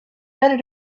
better